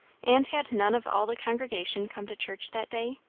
and had none of all the congregation come to church that day?